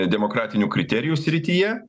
demokratinių kriterijų srityje